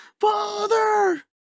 Father